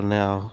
now